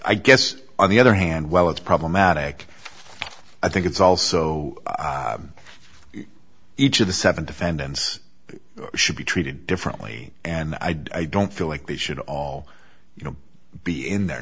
i guess on the other hand well it's problematic i think it's also each of the seven defendants should be treated differently and i don't feel like we should all you know be in there